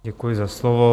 Děkuji za slovo.